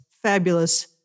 Fabulous